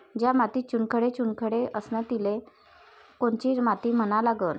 ज्या मातीत चुनखडे चुनखडे असन तिले कोनची माती म्हना लागन?